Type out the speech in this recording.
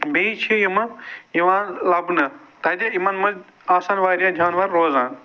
بیٚیہِ چھِ یِم یِوان لَبنہٕ تَتہِ یِمَن منٛز آسَن واریاہ جانوَر روزان